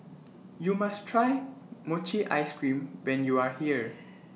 YOU must Try Mochi Ice Cream when YOU Are here